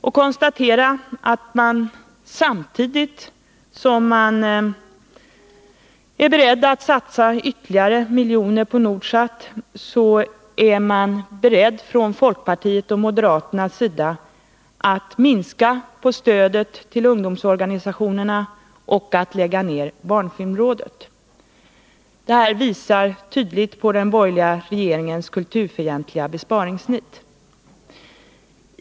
Jag konstaterar då att samtidigt som man är beredd att satsa ytterligare miljoner på Nordsat så är man från folkpartiets och moderaternas sida beredd att minska stödet till ungdomsorganisationerna och lägga ned barnfilmrådet. Det visar tydligt på den borgerliga regeringens kulturfientliga besparingsnit.